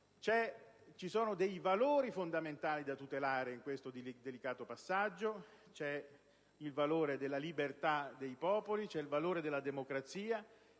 Ci sono dei valori fondamentali da tutelare in questo delicato passaggio: c'è il valore della libertà dei popoli, c'è il valore della democrazia,